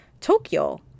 Tokyo